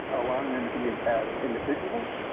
allowing them to be as individuals,